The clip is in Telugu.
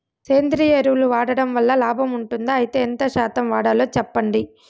సేంద్రియ ఎరువులు వాడడం వల్ల లాభం ఉంటుందా? అయితే ఎంత శాతం వాడాలో చెప్పండి?